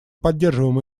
поддерживаем